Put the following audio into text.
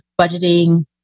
budgeting